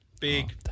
Big